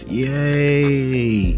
yay